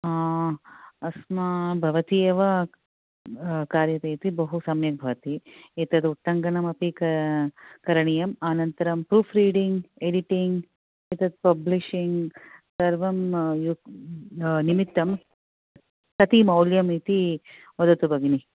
अस्मान् भवती एव कारयति चेत् बहु सम्यक् भवति एतत् उट्टङ्कनमपि करणीयम् अनन्तरं प्रूफ्री़डिङ्ग् एडिटिङ्ग् एतत् पब्लिशिङ्ग् सर्वं निमित्तं कति मौल्यं भवति इति वदतु भगिनि